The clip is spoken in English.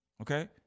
Okay